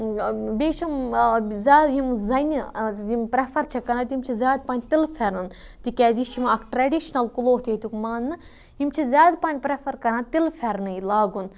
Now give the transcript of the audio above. بییہِ چھُ زیاد یِم زَنہِ یِم پریٚفَر چھِ کَران تِم چھِ زیاد پَہَن تِلہِ پھیرَن تکیاز یہِ چھ یِوان اکھ ٹریڈِشنَل کلوتھ ییٚتیُک ماننہِ یِم چھِ زیاد پَہَن پریٚفَر کَران تِلہٕ پھیرنٕے لاگُن